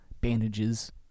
bandages